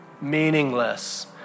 Meaningless